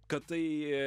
kad tai